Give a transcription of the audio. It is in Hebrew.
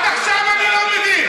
עד עכשיו אני לא מבין.